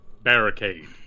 barricade